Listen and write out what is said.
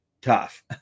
tough